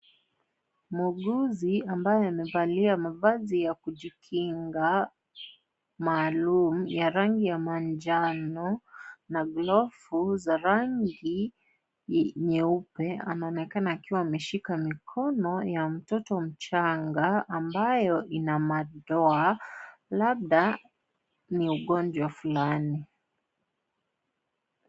Muuguzi ambaye amevalia mavazi ya kujikinga, maalum ya rangi ya manjano na glove za rangi nyeupe, anaonekana akiwa ameshika mikono ya mtoto mchanga, ambaye ina madoa, labda ni ugonjwa Fulani.